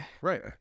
Right